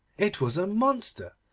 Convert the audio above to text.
it was a monster,